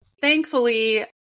thankfully